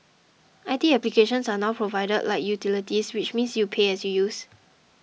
I T applications are now provided like utilities which means you pay as you use